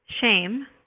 shame